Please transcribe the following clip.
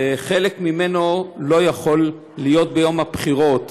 וחלק ממנו לא יכול להיות ביום הבחירות